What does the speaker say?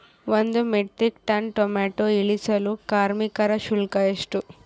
ಒಂದು metric ton tomato ಇಳಿಸಲು ಕಾರ್ಮಿಕರ ಶುಲ್ಕ ಎಷ್ಟು?